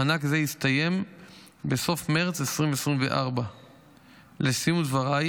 מענק זה הסתיים בסוף מרץ 2024. לסיום דבריי,